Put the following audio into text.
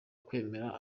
kwemera